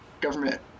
government